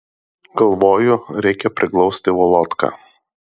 galvoju reikia priglausti volodką